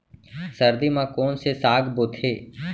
सर्दी मा कोन से साग बोथे?